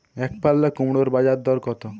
একপাল্লা কুমড়োর বাজার দর কত?